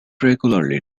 regularly